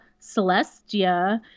Celestia